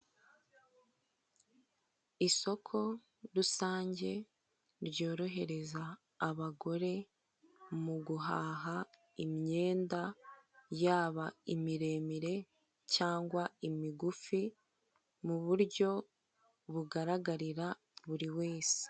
Isoko rusange ryorohereza abagore mu guhaha imyenda, yaba imiremire cyangwa imigufi mu buryo bugaragarira buri wese.